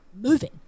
moving